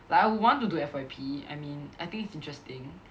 like I want to do F_Y_P I mean I think it's interesting